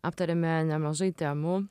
aptarėme nemažai temų